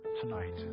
Tonight